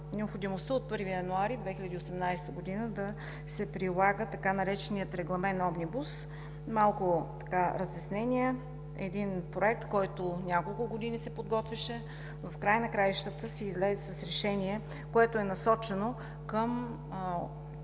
необходимостта от 1 януари 2018 г. да се прилага така нареченият регламент „Омнибус“. Малко разяснения. Един Проект, който няколко години се подготвяше, а в края на краищата се излезе с решение, което е насочено към